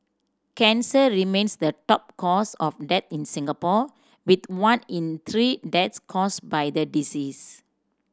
cancer remains the top cause of death in Singapore with one in three deaths caused by the disease